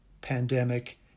pandemic